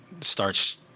starts